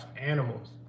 animals